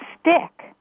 stick